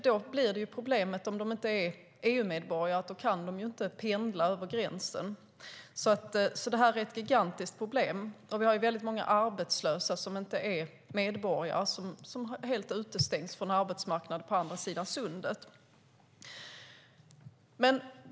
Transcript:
Då blir det problem om de inte är EU-medborgare. Då kan de inte pendla över gränsen. Det här är alltså ett gigantiskt problem. Och vi har väldigt många arbetslösa som inte är medborgare. De utestängs helt från arbetsmarknaden på andra sidan sundet.